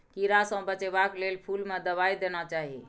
कीड़ा सँ बचेबाक लेल फुल में दवाई देना चाही